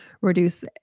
reduce